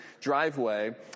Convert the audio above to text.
driveway